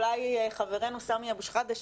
אולי חברנו סמי אבו שחאדה,